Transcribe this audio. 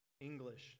English